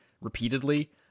repeatedly